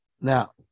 Now